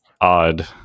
odd